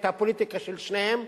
את הפוליטיקה של שניהם,